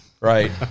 Right